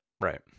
Right